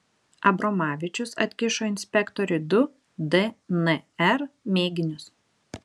abromavičius atkišo inspektoriui du dnr mėginius